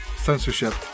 censorship